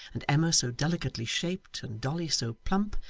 and emma so delicately shaped, and dolly so plump,